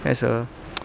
that's a